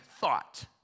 thought